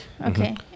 Okay